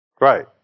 Right